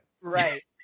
Right